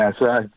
yes